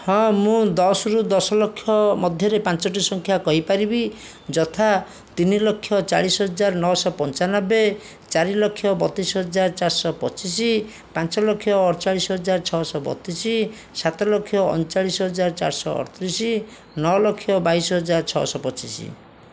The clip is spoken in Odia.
ହଁ ମୁଁ ଦଶରୁ ଦଶଲକ୍ଷ ମଧ୍ୟରେ ପାଞ୍ଚଟି ସଂଖ୍ୟା କହିପାରିବି ଯଥା ତିନିଲକ୍ଷ ଚାଳିଶ ହଜାର ନଅଶହ ପଞ୍ଚାନବେ ଚାରିଲକ୍ଷ ବତିଶହଜାର ଚାରିଶହ ପଚିଶ ପାଞ୍ଚଲକ୍ଷ ଅଡ଼ଚାଳିଶ ହଜାର ଛଅଶହ ବତିଶ ସାତଲକ୍ଷ ଅଣଚାଳିଶ ହଜାର ଚାରିଶହ ଅଡ଼ତିରିଶ ନଅଲକ୍ଷ ବାଇଶ ହଜାର ଛଅଶହ ପଚିଶ